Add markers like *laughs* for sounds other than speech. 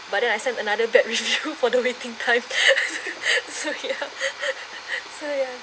but then I sent another bad review *laughs* for the waiting time so ya so ya